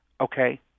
okay